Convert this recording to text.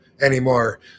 anymore